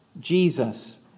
Jesus